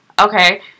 okay